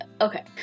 okay